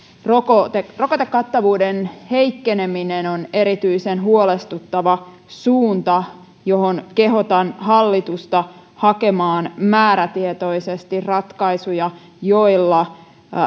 rokotekattavuuden heikkeneminen on erityisen huolestuttava suunta johon kehotan hallitusta hakemaan määrätietoisesti ratkaisuja joilla